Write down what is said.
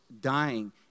dying